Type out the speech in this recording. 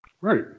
Right